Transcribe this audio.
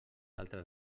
altres